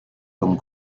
comme